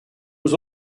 was